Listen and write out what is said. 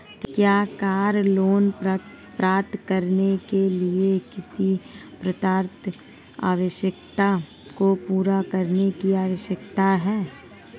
क्या car loan प्राप्त करने के लिए किसी पात्रता आवश्यकता को पूरा करने की आवश्यकता है?